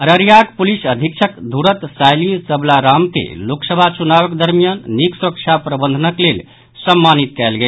अररियाक police अधीक्षक धूरत सायली सबलाराम के लोकसभा चुनावक दरमियान निक सुरक्षा प्रबंधनक लेल सम्मानित कयल गेल